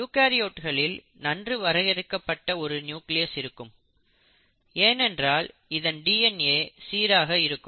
யூகரியோட்களில் நன்கு வரையறுக்கப்பட்ட ஒரு நியூக்ளியஸ் இருக்கும் ஏனென்றால் இதன் டிஎன்ஏ சீராக இருக்கும்